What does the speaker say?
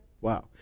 Wow